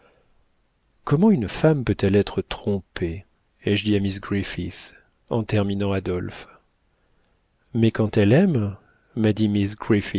comment une femme peut-elle être trompée ai-je dit à miss griffith en terminant adolphe mais quand elle aime m'a dit